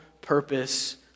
purpose